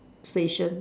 station